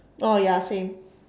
oh ya same